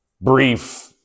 brief